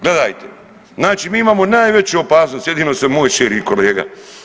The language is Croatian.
Gledajte, znači mi imamo najveću opasnost, jedino se moj širi kolega.